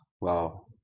Wow